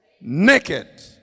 naked